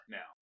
now